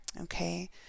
okay